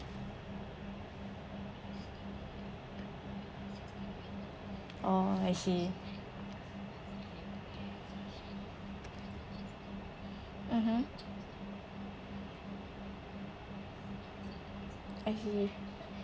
oh I see mmhmm I see